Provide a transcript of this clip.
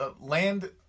land